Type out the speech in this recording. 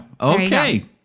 okay